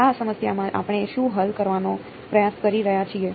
તો આ સમસ્યામાં આપણે શું હલ કરવાનો પ્રયાસ કરી રહ્યા છીએ